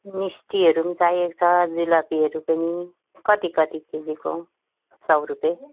मिस्टीहरू पनि चाहिएको छ जुलापीहरू पनि कति कति केजीको सौ रुपियाँ